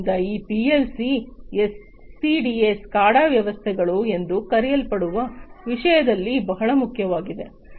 ಆದ್ದರಿಂದ ಈ ಪಿಎಲ್ಸಿಯು ಎಸ್ಸಿಎಡಿಎ ವ್ಯವಸ್ಥೆಗಳು ಎಂದು ಕರೆಯಲ್ಪಡುವ ವಿಷಯದಲ್ಲಿ ಬಹಳ ಮುಖ್ಯವಾಗಿದೆ